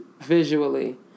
visually